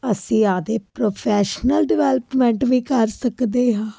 ਅਸੀਂ ਆਪਦੀ professional development ਵੀ ਕਰ ਸਕਦੇ ਹਾਂ